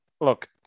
look